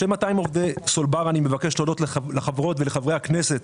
בשם 200 עובדי סולבר אני מבקש להודות לחברות ולחברי הכנסת,